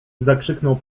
zakrzyknął